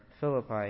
Philippi